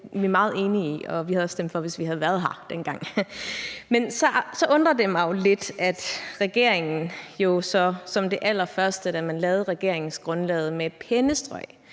Det er vi meget enige i, og vi havde også stemt for, hvis vi havde været her dengang. Men så undrer det mig jo lidt, at regeringen som det allerførste, da man lavede regeringsgrundlaget, med et pennestrøg